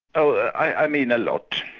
i mean a lot.